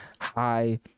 high